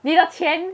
你的钱